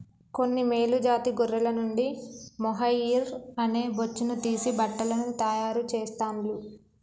కొన్ని మేలు జాతి గొర్రెల నుండి మొహైయిర్ అనే బొచ్చును తీసి బట్టలను తాయారు చెస్తాండ్లు